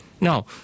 Now